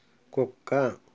కుక్క